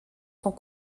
sont